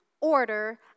order